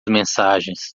mensagens